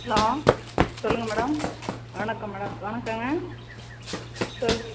hello சொல்லுங்கள் madam வணக்கம் madam வணக்கங்க சொல்